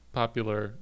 popular